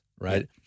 Right